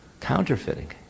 counterfeiting